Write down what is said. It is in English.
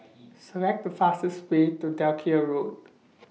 Select The fastest Way to Dalkeith Road